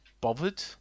bothered